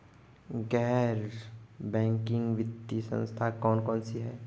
गैर बैंकिंग वित्तीय संस्था कौन कौन सी हैं?